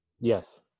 yes